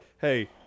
hey